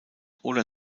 oder